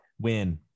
Win